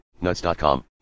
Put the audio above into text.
nuts.com